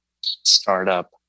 startup